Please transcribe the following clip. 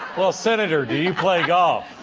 well senator, do you play golf?